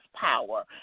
power